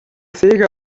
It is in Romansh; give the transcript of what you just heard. sera